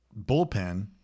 bullpen